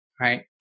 right